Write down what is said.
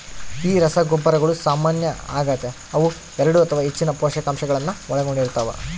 ಈ ರಸಗೊಬ್ಬರಗಳು ಸಾಮಾನ್ಯ ಆಗತೆ ಅವು ಎರಡು ಅಥವಾ ಹೆಚ್ಚಿನ ಪೋಷಕಾಂಶಗುಳ್ನ ಒಳಗೊಂಡಿರ್ತವ